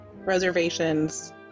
reservations